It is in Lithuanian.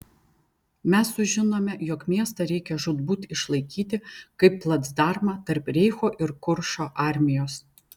mes sužinome jog miestą reikia žūtbūt išlaikyti kaip placdarmą tarp reicho ir kuršo armijos